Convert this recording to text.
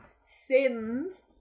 sins